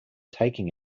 taking